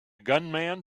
gunman